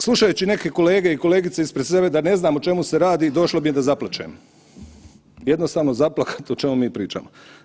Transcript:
Slušajući neke kolege i kolegice ispred sebe da ne znam o čemu se radi došlo mi je zaplačem, jednostavno za plakat o čemu mi pričamo.